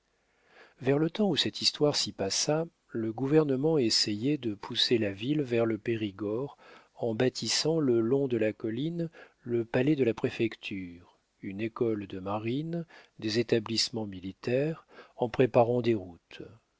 vers le temps où cette histoire s'y passa le gouvernement essayait de pousser la ville vers le périgord en bâtissant le long de la colline le palais de la préfecture une école de marine des établissements militaires en préparant des routes